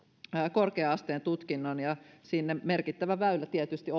korkea asteen tutkinnon ja sinne merkittävä väylä tietysti